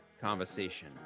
conversation